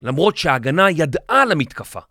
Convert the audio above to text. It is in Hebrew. למרות שההגנה ידעה על המתקפה.